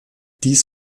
dies